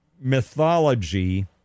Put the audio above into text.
mythology